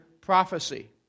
prophecy